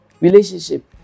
relationship